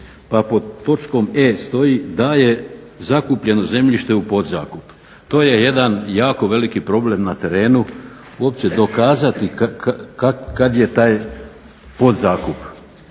pa pod točkom e) stoji da je zakupljeno zemljište u podzakup. To je jedan jako veliki problem na terenu uopće dokazati kad je taj podzakup